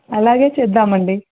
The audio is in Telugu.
అలాగే చేద్దాం అండి